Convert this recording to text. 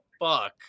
fuck